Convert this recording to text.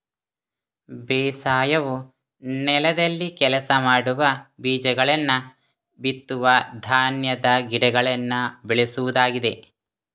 ಬೇಸಾಯವು ನೆಲದಲ್ಲಿ ಕೆಲಸ ಮಾಡುವ, ಬೀಜಗಳನ್ನ ಬಿತ್ತುವ ಧಾನ್ಯದ ಗಿಡಗಳನ್ನ ಬೆಳೆಸುವುದಾಗಿದೆ